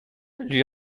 lui